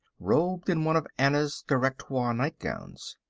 robed in one of anna's directoire nightgowns.